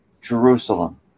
jerusalem